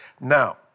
Now